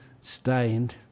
stained